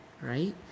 right